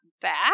back